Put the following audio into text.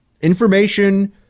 Information